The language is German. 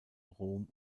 rom